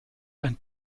ein